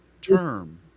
term